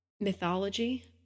mythology